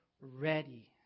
ready